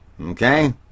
Okay